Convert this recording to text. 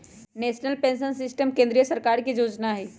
national pension system केंद्रीय सरकार के जोजना हइ